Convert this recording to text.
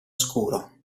scuro